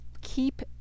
keep